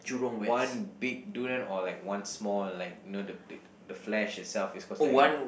one big durian or like one small like you know the the the flesh itself is cause like